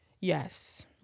Yes